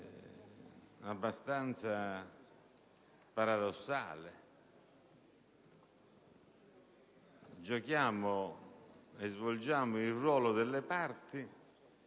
abbastanza paradossale, in cui svolgiamo il gioco delle parti